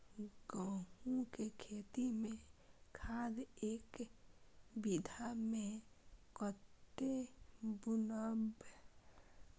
गेंहू के खेती में खाद ऐक बीघा में कते बुनब?